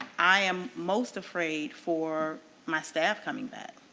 i um most afraid for my stuff coming back.